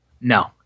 No